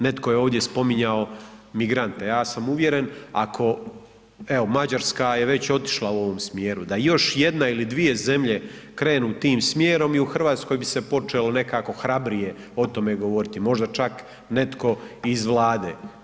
Netko je ovdje spominjao migrante, ja sam uvjeren ako evo Mađarska je već otišla u ovom smjeru, da još jedna ili dvije zemlje krenu tim smjerom i u Hrvatskoj bi se počelo se nekako hrabrije o tome govoriti, možda čak netko iz Vlade.